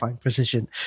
precision